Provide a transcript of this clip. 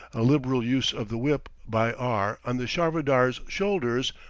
a liberal use of the whip by r on the charvadars' shoulders,